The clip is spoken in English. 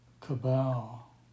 cabal